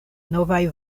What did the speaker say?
novaj